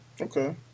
Okay